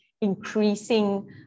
increasing